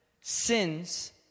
Sins